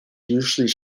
usually